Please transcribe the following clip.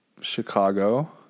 Chicago